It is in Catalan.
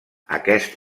aquest